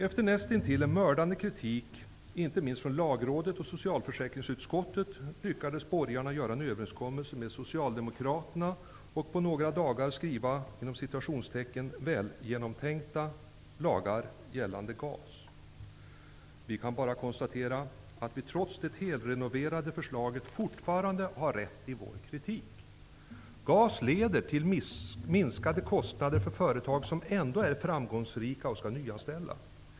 Efter en nästintill mördande kritik, inte minst från Socialdemokraterna och på några dagar skriva Vi kan bara konstatera att vi, trots det helrenoverade förslaget, fortfarande har rätt i vår kritik: -- GAS leder till minskade kostnader för företag som ändå är framgångsrika och skall nyanställa.